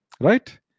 right